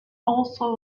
also